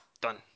Done